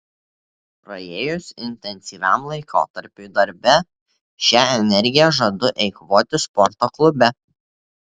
praėjus intensyviam laikotarpiui darbe šią energiją žadu eikvoti sporto klube